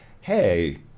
hey